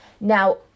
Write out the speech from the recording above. Now